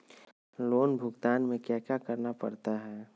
loan भुगतान में क्या क्या करना पड़ता है